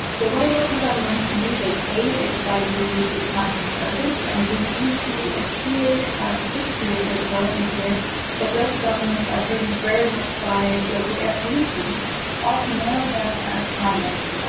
the way local governments can do this a it's by really defining targets, and we do see a clear push here or development here that local governments are driven and very much by local air pollution often more than a climate.